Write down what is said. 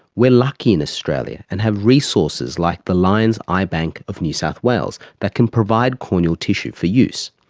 we are lucky in australia and have resources like the lions eye bank of new south wales that can provide corneal tissue for use.